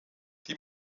die